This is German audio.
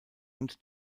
und